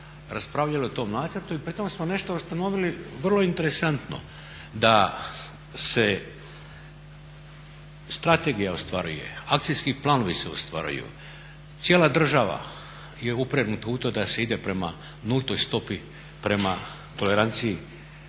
raspravljali o tom nacrtu i pri tom smo nešto ustanovili vrlo interesantno, da se strategija ostvaruje, akcijski planovi se ostvaruju, cijela država je upregnuta u to da se ide prema nultoj stopi tolerancije